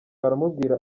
aramubwira